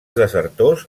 desertors